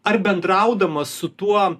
ar bendraudamas su tuo